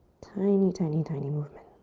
tiny, tiny, tiny movement.